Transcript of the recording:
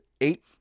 eight